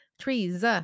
trees